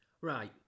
Right